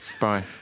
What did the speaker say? Bye